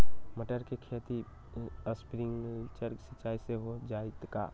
मटर के खेती स्प्रिंकलर सिंचाई से हो जाई का?